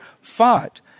fought